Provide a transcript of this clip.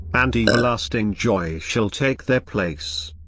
and everlasting joy shall take their place.